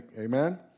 Amen